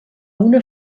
una